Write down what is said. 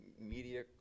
media